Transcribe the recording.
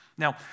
Now